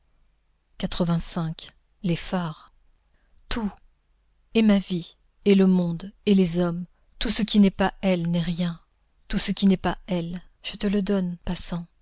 les fards tout et ma vie et le monde et les hommes tout ce qui n'est pas elle n'est rien tout ce qui n'est pas elle je te le donne passant